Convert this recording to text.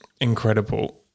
incredible